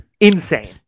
insane